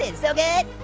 and so good.